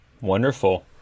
Wonderful